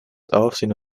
aufsehen